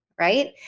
right